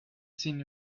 seen